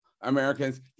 Americans